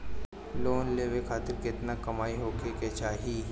Loan लेवे खातिर केतना कमाई होखे के चाही?